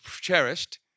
cherished